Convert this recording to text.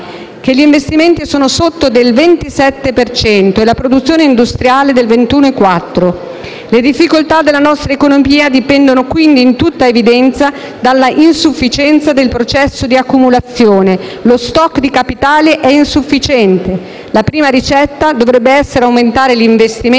che gli investimenti sono sotto del 27 per cento e la produzione industriale del 21,4 per cento. Le difficoltà della nostra economia dipendono quindi, in tutta evidenza, dall'insufficienza del processo di accumulazione; lo *stock* di capitale è insufficiente. La prima ricetta dovrebbe essere aumentare gli investimenti,